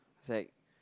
it's like